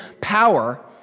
power